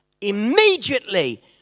immediately